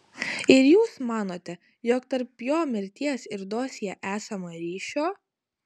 ir jūs manote jog tarp jo mirties ir dosjė esama ryšio